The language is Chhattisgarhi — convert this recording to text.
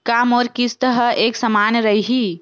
का मोर किस्त ह एक समान रही?